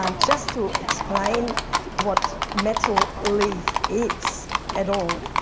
um just to explain what metal leaf is at all.